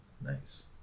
nice